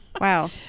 Wow